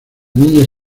niña